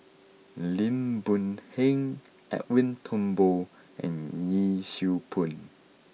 Lim Boon Heng Edwin Thumboo and Yee Siew Pun